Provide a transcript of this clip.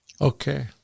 Okay